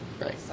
Right